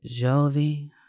Jovi